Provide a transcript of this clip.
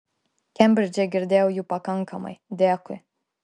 kembridže girdėjau jų pakankamai dėkui